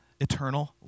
eternal